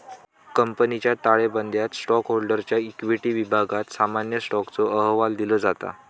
कंपनीच्या ताळेबंदयात स्टॉकहोल्डरच्या इक्विटी विभागात सामान्य स्टॉकचो अहवाल दिलो जाता